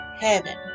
heaven